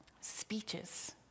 speeches